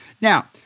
Now